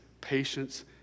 patience